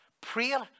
Prayer